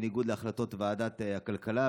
בניגוד להחלטות ועדת הכלכלה,